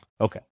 Okay